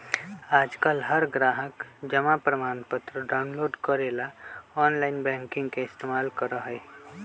आजकल हर ग्राहक जमा प्रमाणपत्र डाउनलोड करे ला आनलाइन बैंकिंग के इस्तेमाल करा हई